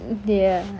ya